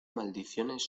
maldiciones